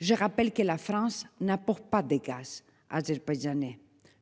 Je rappelle que la France n'apporte pas des casses a.